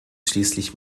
schließlich